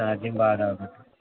charging బాగా ఆగుద్ది